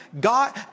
God